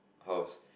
house